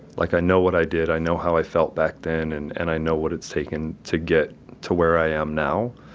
like i know what i did, i know what i felt back then, and and i know what it's taken to get to where i am now.